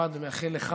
אוהד, אני מאחל לך